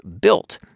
built